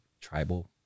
tribal